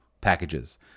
packages